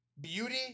beauty